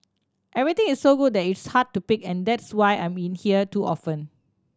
everything is so good that it's hard to pick and that's why I'm in here too often